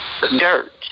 Dirt